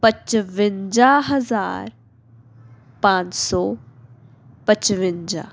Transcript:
ਪਚਵੰਜਾ ਹਜ਼ਾਰ ਪੰਜ ਸੌ ਪਚਵੰਜਾ